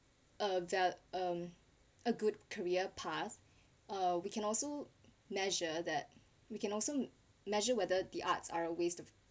uh well um a good career path uh we can also measure that we can also measure whether the arts are a waste of